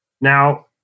Now